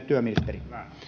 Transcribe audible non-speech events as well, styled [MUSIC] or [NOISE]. [UNINTELLIGIBLE] työministeri